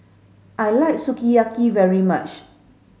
I like Sukiyaki very much